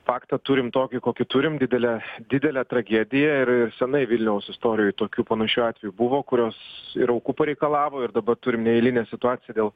faktą turim tokį kokį turim didelę didelę tragediją ir ir seniai vilniaus istorijoj tokių panašių atvejų buvo kurios ir aukų pareikalavo ir dabar turim neeilinę situaciją dėl